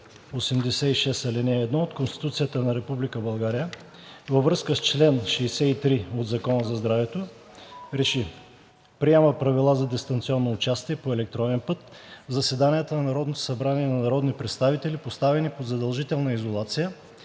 1 от Конституцията на Република България във връзка с чл. 63 от Закона за здравето РЕШИ: Приема Правила за дистанционно участие по електронен път в заседанията на Народното събрание на народни представители, поставени под задължителна изолация